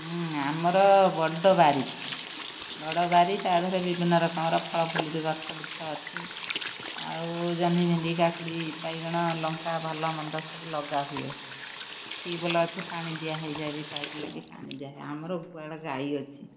ଆମର ବଡ଼ ବାରି ବଡ଼ ବାରି ତା ଦିହରେ ବିଭିନ୍ନ ରକମର ଫଳ ଫୁଲରେ ଗଛଗୁଛ ଅଛି ଆଉ ଜହ୍ନି ଭେଣ୍ଡି କାକୁଡ଼ି ବାଇଗଣ ଲଙ୍କା ଭଲ ମନ୍ଦ ସବୁ ଲଗା ହୁଏ ଟିୱେଲ୍ ଅଛି ପାଣି ଦିଆ ହେଇଯାଏ ବି ପାଇପ୍ ଲାଗି ପାଣି ଦିଆହୁଏ ଆମର ଗୁହାଳେ ଗାଈ ଅଛି